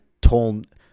told